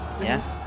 yes